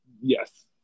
yes